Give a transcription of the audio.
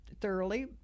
thoroughly